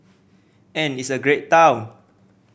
and it's a great town